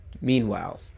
meanwhile